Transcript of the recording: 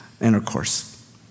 intercourse